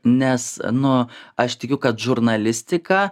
nes nu aš tikiu kad žurnalistika